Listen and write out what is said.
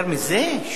יותר מזה?